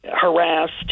harassed